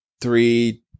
three